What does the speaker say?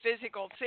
physical